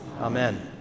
Amen